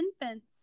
infants